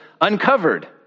uncovered